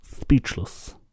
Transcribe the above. speechless